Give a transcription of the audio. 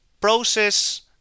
process